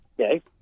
Okay